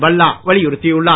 பல்லா வலியுறுத்தியுள்ளார்